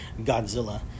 Godzilla